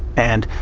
and